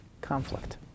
conflict